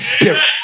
Spirit